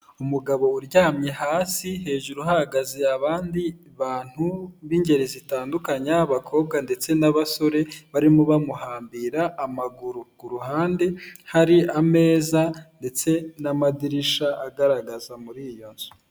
Umugabo uryamye hasi hejuru hahagaze abandi bantu b'ingeri zitandukanye abakobwa ndetse n'abasore barimo bamuhambira amaguru ku ruhande hari ameza ndetse n'amadirishya agaragaza muri iyo nzu .